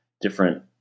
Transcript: different